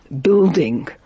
building